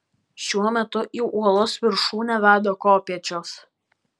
šiuo metu į uolos viršūnę veda kopėčios